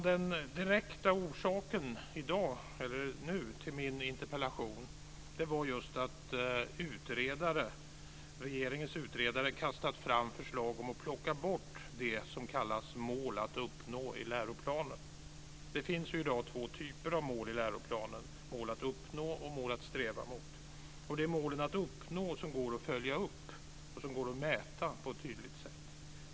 Den direkta orsaken till min interpellation nu var att regeringens utredare har kastat fram förslag om att plocka bort det som kallas mål att uppnå i läroplanen. Det finns i dag två typer av mål i läroplanen - mål att uppnå och mål att sträva mot. Det är målen att uppnå som går att följa upp och som går att mäta på ett tydligt sätt.